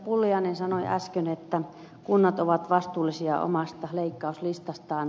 pulliainen sanoi äsken että kunnat ovat vastuullisia omasta leikkauslistastaan